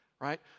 right